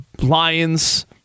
Lions